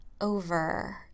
over